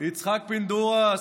יצחק פינדרוס,